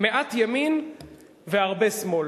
מעט ימין והרבה שמאל.